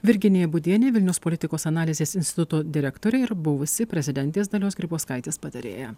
virginija būdienė vilniaus politikos analizės instituto direktorė ir buvusi prezidentės dalios grybauskaitės patarėja